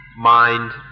mind